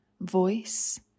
voice